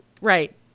Right